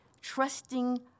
trusting